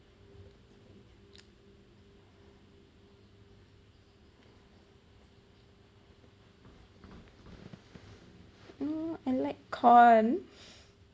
mm I like corn